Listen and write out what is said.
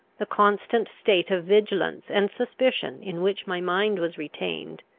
the constant state of vigilance and suspicion in which my mind was retained,